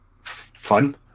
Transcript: Fun